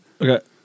Okay